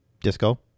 Disco